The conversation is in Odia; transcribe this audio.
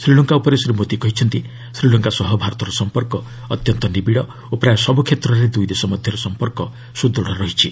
ଶ୍ରୀଲଙ୍କା ଉପରେ ଶ୍ରୀ ମୋଦି କହିଛନ୍ତି ଶ୍ରୀଲଙ୍କା ସହ ଭାରତର ସମ୍ପର୍କ ଅତ୍ୟନ୍ତ ନିବିଡ଼ ଓ ପ୍ରାୟ ସବୁକ୍ଷେତ୍ରରେ ଦୁଇ ଦେଶ ମଧ୍ୟରେ ସମ୍ପର୍କ ସୁଦୃଢ଼ ରହିଛି